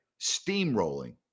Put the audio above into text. Steamrolling